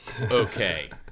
Okay